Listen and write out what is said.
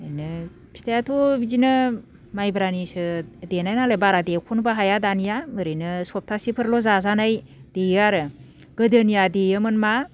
बेनो फिथायाथ' बिदिनो माइब्रानिसो देनायनालाय बारा देख'नोबो हाया दानिया ओरैनो सबथाहसेफोरल' जाजानाय देयो आरो गोदोनिया देयोमोन मा